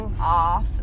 off